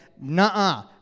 nah